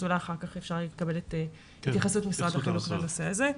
אולי אחר כך אפשר יהיה לקבל התייחסות משרד החינוך לנושא הזה.